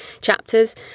chapters